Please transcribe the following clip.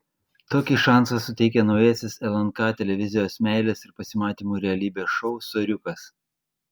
tokį šansą suteikia naujasis lnk televizijos meilės ir pasimatymų realybės šou soriukas